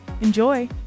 Enjoy